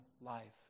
life